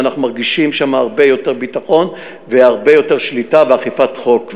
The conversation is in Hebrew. ואנחנו מרגישים שם הרבה יותר ביטחון והרבה יותר שליטה ואכיפת חוק,